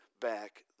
back